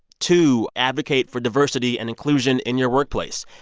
two, advocate for diversity and inclusion in your workplace.